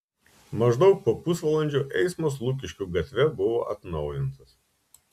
maždaug po pusvalandžio eismas lukiškių gatve buvo atnaujintas